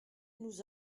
nous